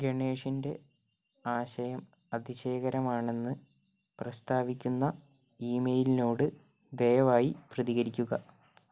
ഗണേഷിൻ്റെ ആശയം അതിശയകരമാണെന്ന് പ്രസ്താവിക്കുന്ന ഇമെയിലിനോട് ദയവായി പ്രതികരിക്കുക